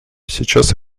сейчас